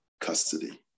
custody